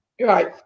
Right